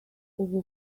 ubu